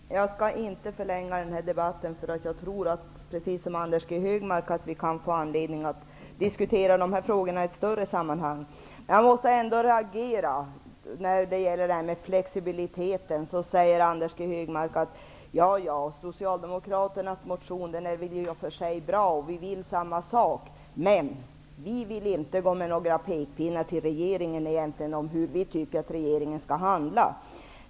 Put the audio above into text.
Herr talman! Jag skall inte förlänga debatten eftersom jag, precis som Anders G Högmark, tror att vi får anledning att diskutera dessa frågor i ett större sammanhang. Jag måste ändå reagera när Anders G Högmark angående detta med flexibiliteten säger att Socialdemokraternas motion i och för sig är bra och att Moderaterna vill samma sak, men de vill inte komma med några pekpinnar till regeringen om hur de tycker att regeringen skall handla.